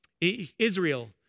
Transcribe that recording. Israel